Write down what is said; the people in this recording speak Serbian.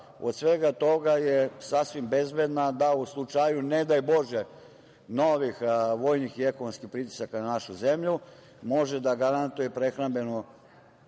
od svega toga je sasvim bezbedna da u slučaju, ne daj Bože, novih vojnih i ekonomskih pritisaka na našu zemlju, može da garantuje prehrambenu